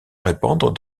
répandre